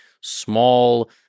small